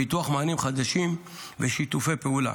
פיתוח מענים חדשים ושיתופי פעולה.